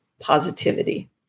positivity